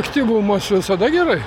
aktyvumas visada gerai